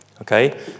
okay